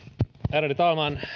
ärade talman